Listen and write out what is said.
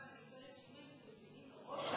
אם היינו,